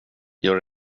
gör